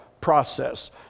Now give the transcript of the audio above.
process